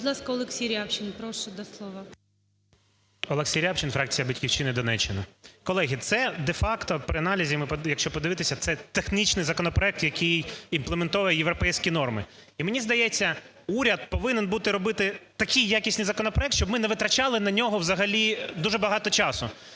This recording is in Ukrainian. Олексій Рябчин, фракція "Батьківщина", Донеччина. Колеги, це де-факто при аналізі, якщо подивитися, це технічний законопроект, який імплементує європейські норми. І мені здається уряд повинен робити такі якісні законопроекти, щоб ми не витрачали на нього взагалі дуже багато часу.